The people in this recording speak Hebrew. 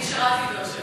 אני שירתי בבאר שבע.